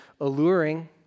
alluring